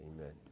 Amen